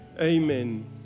Amen